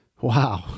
Wow